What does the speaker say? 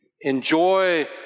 enjoy